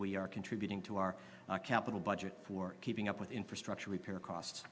we are contributing to our capital budget for keeping up with infrastructure repair c